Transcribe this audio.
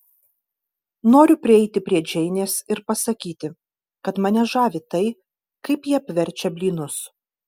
noriu prieiti prie džeinės ir pasakyti kad mane žavi tai kaip ji apverčia blynus